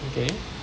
okay